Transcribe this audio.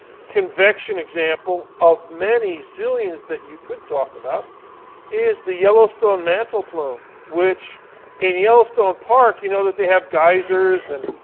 convection example of many zillions that you could talk about is the yellowstone mantle plume, which in yellowstone park, you know they have geysers and